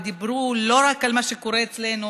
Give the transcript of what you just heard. ודיברו לא רק על מה שקורה אצלנו